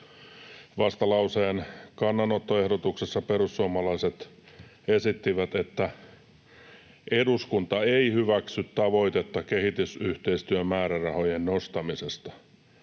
Vastalauseen kannanottoehdotuksessa perussuomalaiset esittivät, että eduskunta ei hyväksy tavoitetta kehitysyhteistyömäärärahojen nostamisesta.